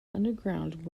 underground